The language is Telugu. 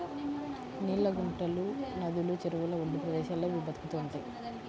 నీళ్ళ గుంటలు, నదులు, చెరువుల ఒడ్డు ప్రదేశాల్లో ఇవి బతుకుతూ ఉంటయ్